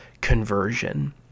conversion